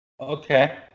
Okay